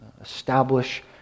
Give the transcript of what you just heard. Establish